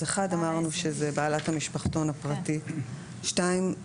אמרנו שזאת בעלת המשפחתון הפרטי וכי אנחנו